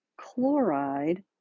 chloride